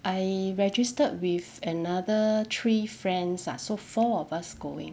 I registered with another three friends ah so four of us going